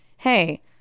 Hey